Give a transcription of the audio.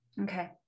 Okay